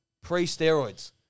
pre-steroids